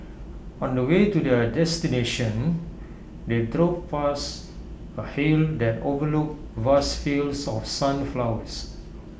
on the way to their destination they drove past A hill that overlooked vast fields of sunflowers